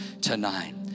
tonight